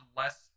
less